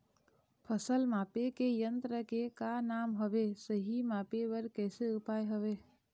फसल मापे के यन्त्र के का नाम हवे, सही मापे बार कैसे उपाय हवे?